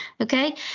okay